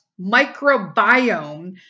microbiome